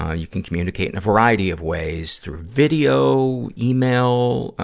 ah you can communicate in a variety of ways through video, email,